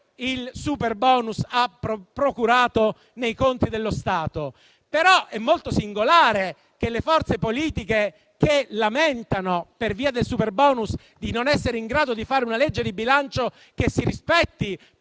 il superbonus ha procurato nei conti dello Stato, però è molto singolare che le forze politiche che lamentano per via del superbonus di non essere in grado di fare una legge di bilancio che si rispetti